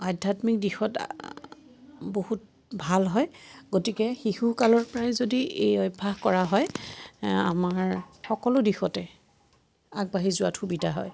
আধ্যাত্মিক দিশত বহুত ভাল হয় গতিকে শিশুকালৰ পৰাই যদি এই অভ্যাস কৰা হয় আমাৰ সকলো দিশতে আগবাঢ়ি যোৱাত সুবিধা হয়